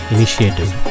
Initiative